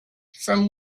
from